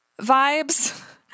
vibes